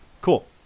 Cool